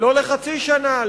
לא לחצי שנה,